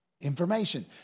Information